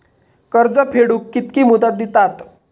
कर्ज फेडूक कित्की मुदत दितात?